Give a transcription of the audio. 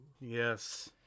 Yes